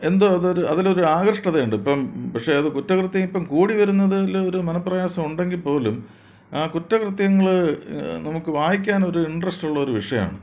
എന്തോ അതൊരു അതിൽ ഒരു രു ആകർഷത ഉണ്ട് ഇപ്പം പക്ഷേ അത് കുറ്റകൃത്യം ഇപ്പം കൂടി വരുന്നതിൽ ഒരു മനപ്രയാസമുണ്ടെങ്കിൽ പോലും ആ കുറ്റകൃത്യങ്ങൾ നമുക്ക് വായിക്കാൻ ഒരു ഇൻട്രസ്റ്റ് ഉള്ള ഒരു വിഷയമാണ്